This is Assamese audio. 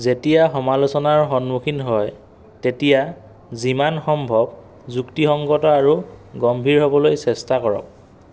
যেতিয়া সমালোচনাৰ সন্মুখীন হয় তেতিয়া যিমান সম্ভৱ যুক্তিসংগত আৰু গম্ভীৰ হ'বলৈ চেষ্টা কৰক